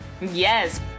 Yes